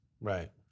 Right